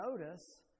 notice